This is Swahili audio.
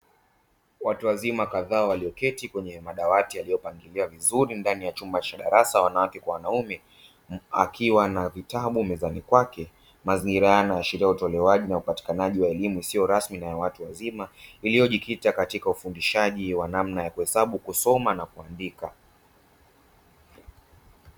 Watu wazima kadhaa walioketi kwenye madawati yaliyopangiliwa vizuri ndani ya chumba cha darasa wanawake kwa wanaume akiwa na vitabu mezani kwake. Mazingira haya yanaashiria utolewaji na hupatikanaji wa elimu isiyo rasmi na ya watu wazima iliyojikita katika ufundishaji wa namna ya kuhesabu kusoma, na kuandika.